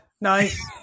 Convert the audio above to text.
Nice